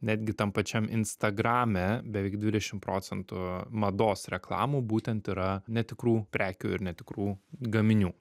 netgi tam pačiam instagrame beveik dvidešimt procentų mados reklamų būtent yra netikrų prekių ir netikrų gaminių